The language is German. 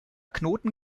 knoten